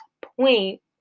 point